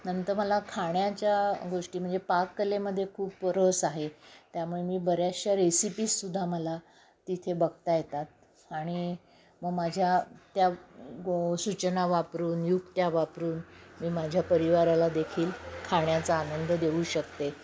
नंतर मला खाण्याच्या गोष्टी म्हणजे पाककलेमध्ये खूप रस आहे त्यामुळे मी बऱ्याचशा रेसिपीजसुद्धा मला तिथे बघता येतात आणि मग माझ्या त्या सूचना वापरून युक्त्या वापरून मी माझ्या परिवाराला देखील खाण्याचा आनंद देऊ शकते